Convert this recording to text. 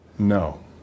No